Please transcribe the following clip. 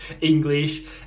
english